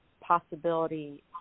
possibility